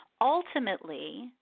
Ultimately